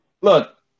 Look